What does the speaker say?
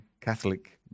Catholic